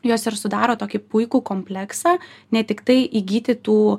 jos ir sudaro tokį puikų kompleksą ne tiktai įgyti tų